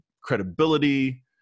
credibility